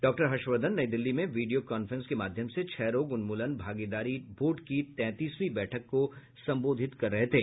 doctor Harshvardhan नई दिल्ली में video conference के माध्यम से क्षयरोग उन्मूलन भागीदारी बोर्ड की तैंतीसवीं बैठक को संबोधित कर रहे थे